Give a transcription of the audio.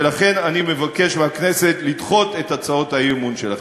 ולכן אני מבקש מהכנסת לדחות את הצעות האי-אמון שלכם.